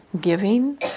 giving